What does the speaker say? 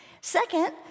Second